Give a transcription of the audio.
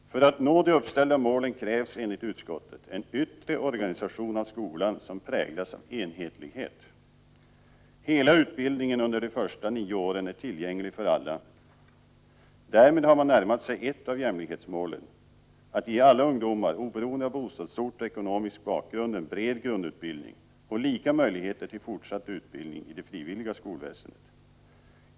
För att nå de uppställda målen krävs enligt utskottet en yttre organisation av skolan som präglas av enhetlighet. Hela utbildningen under de första nio åren är tillgänglig för alla. Därmed har man närmat sig ett av jämlikhetsmålen, att ge alla ungdomar oberoende av bostadsort och ekonomisk bakgrund en bred grundutbildning och lika möjligheter till fortsatt utbildning i det frivilliga skolväsendet.